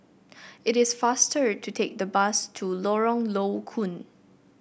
it is faster to take the bus to Lorong Low Koon